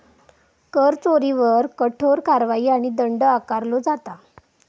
कर चोरीवर कठोर कारवाई आणि दंड आकारलो जाता